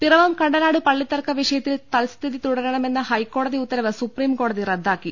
പിറവം കണ്ടനാട് പള്ളിത്തർക്ക വിഷയത്തിൽ തൽസ്ഥിതി തുടര ണമെന്ന ഹൈക്കോടതി ഉത്തരവ് സുപ്രീംകോടതി റദ്ദാക്കി